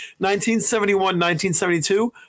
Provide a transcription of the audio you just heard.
1971-1972